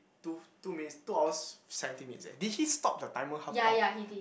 two two minutes two hours seventeen minutes eh did he stop the timer half on